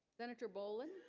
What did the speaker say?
senator boland